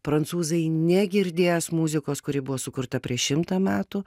prancūzai negirdės muzikos kuri buvo sukurta prieš šimtą metų